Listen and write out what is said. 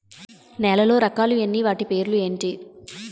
నేలలో రకాలు ఎన్ని వాటి పేర్లు ఏంటి?